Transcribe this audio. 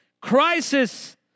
Crisis